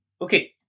Okay